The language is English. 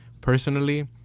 Personally